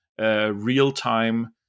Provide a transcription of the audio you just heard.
real-time